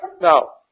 Now